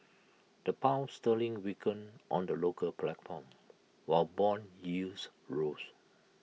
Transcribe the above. the pound sterling weaken on the local platform while Bond yields rose